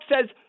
says